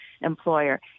employer